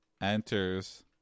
enters